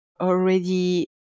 already